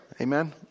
Amen